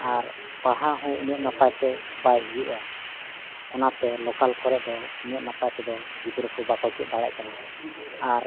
ᱟᱨ ᱯᱟᱲᱦᱟᱣ ᱦᱚᱸ ᱩᱱᱟᱹᱜ ᱱᱟᱯᱟᱭᱛᱮ ᱵᱟᱭ ᱦᱩᱭᱩᱜᱼᱟ ᱚᱱᱟᱛᱮ ᱞᱳᱠᱟᱞ ᱠᱚᱨᱮᱫ ᱫᱚ ᱩᱱᱟᱹᱜ ᱱᱟᱯᱟᱭ ᱛᱮᱫᱚ ᱜᱤᱫᱽᱨᱟᱹ ᱠᱚ ᱵᱟᱠᱚ ᱪᱮᱫ ᱫᱟᱲᱮᱭᱟᱜ ᱠᱟᱱᱟ ᱟᱨ